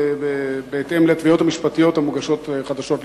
בהתאם לתביעות המשפטיות המוגשות חדשות לבקרים.